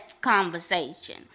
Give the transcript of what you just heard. conversation